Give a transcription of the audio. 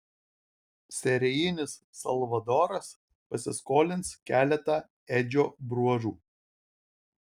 serijinis salvadoras pasiskolins keletą edžio bruožų